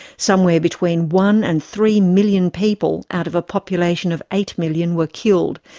somewhere between one and three million people out of a population of eight million were killed,